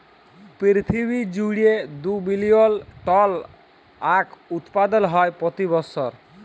পিরথিবী জুইড়ে দু বিলিয়ল টল আঁখ উৎপাদল হ্যয় প্রতি বসর